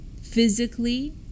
physically